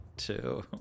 two